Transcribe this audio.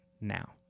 now